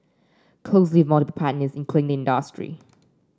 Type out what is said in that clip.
closely multiple partners including industry